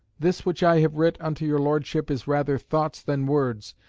this which i have writ unto your lordship is rather thoughts than words,